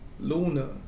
Luna